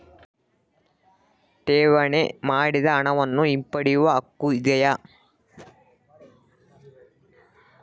ಠೇವಣಿ ಮಾಡಿದ ಹಣವನ್ನು ಹಿಂಪಡೆಯವ ಹಕ್ಕು ಇದೆಯಾ?